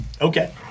okay